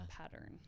pattern